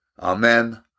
Amen